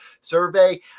survey